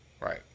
Right